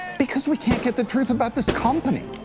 because we can't get the truth about this company.